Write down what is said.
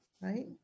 Right